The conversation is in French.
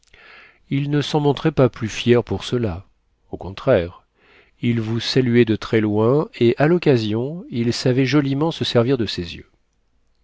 il ne s'en montrait pas plus fier pour cela au contraire il vous saluait de très loin et à l'occasion il savait joliment se servir de ses yeux